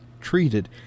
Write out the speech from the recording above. treated